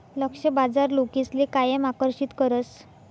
लक्ष्य बाजार लोकसले कायम आकर्षित करस